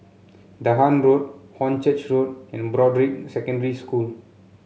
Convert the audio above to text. Dahan Road Hornchurch Road and Broadrick Secondary School